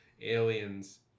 aliens